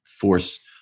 force